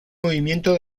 movimiento